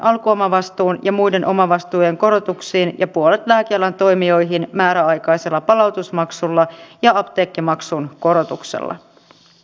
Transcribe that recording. valtiovarainvaliokunta ja sivistysvaliokunta molemmat totesivat myönteisesti av kannustinjärjestelmästä ja sen mahdollisuuksista